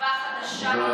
"תקווה חדשה"?